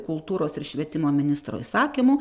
kultūros ir švietimo ministro įsakymu